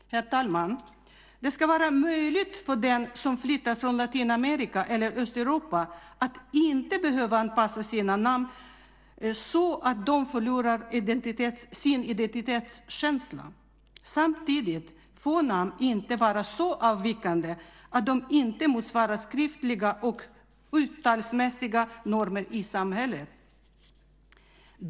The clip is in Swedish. Herr talman! Det ska vara möjligt för dem som flyttar från Latinamerika eller Östeuropa att inte behöva anpassa sina namn så att de förlorar sin identitetskänsla. Samtidigt får namn inte vara så avvikande att de inte motsvarar skriftliga och uttalsmässiga normer i samhället.